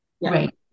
right